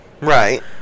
Right